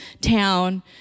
town